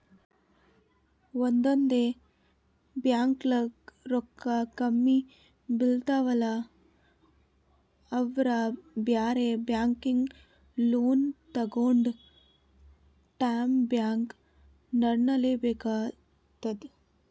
ಒಂದೊಂದ್ ಬ್ಯಾಂಕ್ದಾಗ್ ರೊಕ್ಕ ಕಮ್ಮಿ ಬೀಳ್ತಾವಲಾ ಅವ್ರ್ ಬ್ಯಾರೆ ಬ್ಯಾಂಕಿಂದ್ ಲೋನ್ ತಗೊಂಡ್ ತಮ್ ಬ್ಯಾಂಕ್ ನಡ್ಸಲೆಬೇಕಾತದ್